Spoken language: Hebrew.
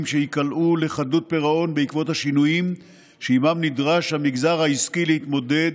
שייקלעו לחדלות פירעון בעקבות השינויים שעימם נדרש המגזר העסקי להתמודד